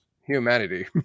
humanity